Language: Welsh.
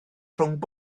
rhwng